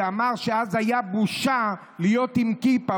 שאמר שאז היה בושה להיות עם כיפה,